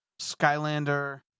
Skylander